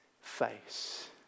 face